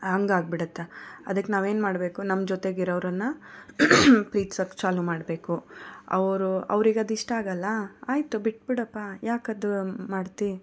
ಹಂಗಾಗಿ ಬಿಡುತ್ತಾ ಅದಕ್ಕೆ ನಾವೇನು ಮಾಡಬೇಕು ನಮ್ಮ ಜೊತೆಗೆ ಇರೋವ್ರನ್ನ ಪ್ರೀತ್ಸೋಕೆ ಚಾಲೂ ಮಾಡಬೇಕು ಅವರು ಅವರಿಗೆ ಅದು ಇಷ್ಟ ಆಗೋಲ್ಲ ಆಯಿತು ಬಿಟ್ಬಿಡಪ್ಪ ಯಾಕೆ ಅದು ಮಾಡ್ತಿ